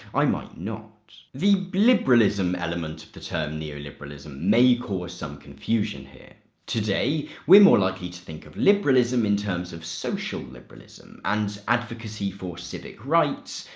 i might not. the liberalism element of the term neoliberalism may cause some confusion here. today, we're more likely to think of liberalism in terms of social liberalism and advocacy for civic rights,